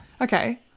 Okay